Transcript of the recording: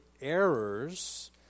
errors